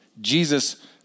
Jesus